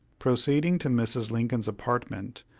proceeding to mrs. lincoln's apartment,